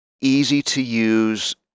easy-to-use